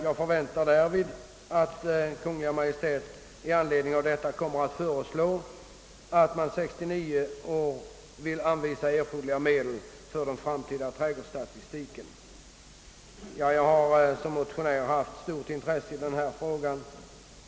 Jag förväntar därvid att Kungl. Maj:t i anledning av detta kommer att föreslå att för år 1969 erforderliga medel anvisas för den framtida trädgårdsstatistiken. Som motionär har jag haft stort intresse i denna fråga.